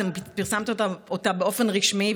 אתם פרסמתם אותה באופן רשמי,